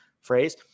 phrase